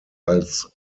als